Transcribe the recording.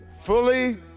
fully